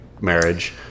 marriage